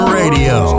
radio